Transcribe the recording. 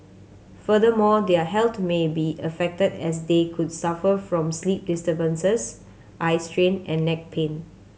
furthermore their health may be affected as they could suffer from sleep disturbances eye strain and neck pain